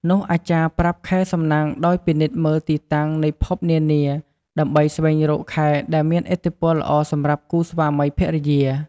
នោះអាចារ្យប្រាប់ខែសំណាងដោយ ពិនិត្យមើលទីតាំងនៃភពនានាដើម្បីស្វែងរកខែដែលមានឥទ្ធិពលល្អសម្រាប់គូស្វាមីភរិយា។